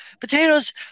potatoes